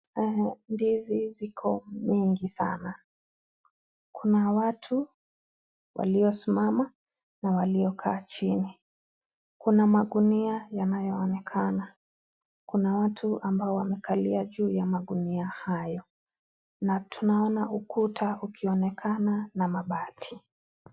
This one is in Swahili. Humu ndizi ziko mingi sana. Kuna watu waliosimama na waliokaa chini. Kuna magunia yanayoonekana. Kuna watu ambao wamevalia juu ya magunia hayo na tunaona ukuta ukionekana na mabati.